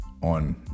on